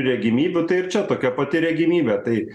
regimybių taip čia tokia pati regimybė tai